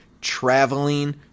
traveling